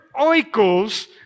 oikos